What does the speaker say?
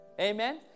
Amen